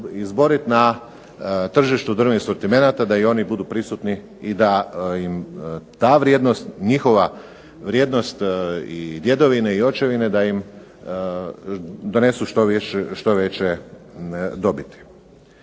izboriti na tržištu drvnih sortimenata, da i oni budu prisutni i da im ta vrijednost, njihova vrijednost i djedovine i očevine da im donesu što veće dobiti.